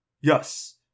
Yes